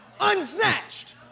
unsnatched